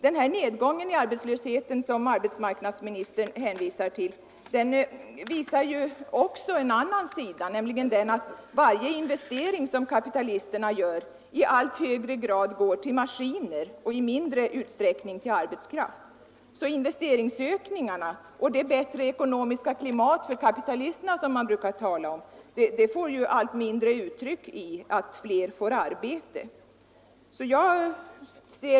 Den nedgång i arbetslösheten som arbetsmarknadsministern hänvisar till har också en annan sida, nämligen den att de investeringar som kapitalisterna gör i allt högre grad går till maskiner och endast i mindre utsträckning till arbetskraften. Investeringsökningarna, eller det bättre ekonomiska klimatet för kapitalisterna som det brukar talas om, kommer ju allt mindre till uttryck i att fler människor får arbete.